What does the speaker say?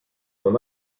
non